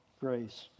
grace